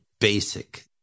basic